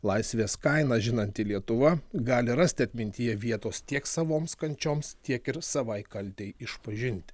laisvės kainą žinanti lietuva gali rasti atmintyje vietos tiek savoms kančioms tiek ir savai kaltei išpažinti